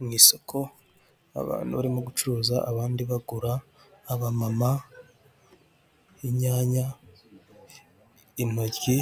Mu isoko abantu barimo gucuruza abandi bagura abamama, inyanya, intoryi